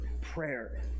prayer